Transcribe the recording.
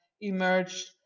emerged